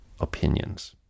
opinions